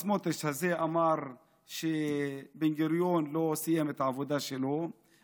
הסמוטריץ' הזה אמר שבן-גוריון לא סיים את העבודה שלו,